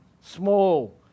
small